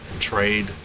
Trade